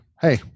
hey